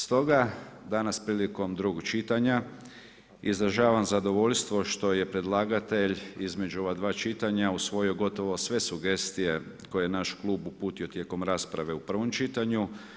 Stoga, danas prilikom drugog čitanja izražavam zadovoljstvo što je predlagatelj između ova dva čitanja usvojio gotovo sve sugestije koje je naš Klub uputio tijekom rasprave u prvom čitanju.